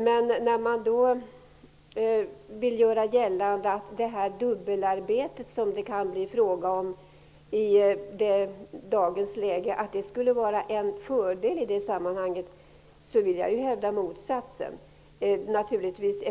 Men när man vill göra gällande att det dubbelarbete som det i dagens läge kan bli fråga om skulle vara en fördel i det sammanhanget, vill jag hävda motsatsen. Ett dubbelt utredande innebär naturligtvis